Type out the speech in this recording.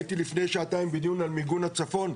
הייתי לפני שנתיים בדיון על מיגון הצפון.